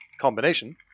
combination